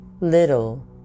little